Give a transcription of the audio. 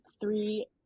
three